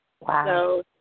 Wow